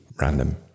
random